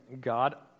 God